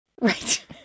Right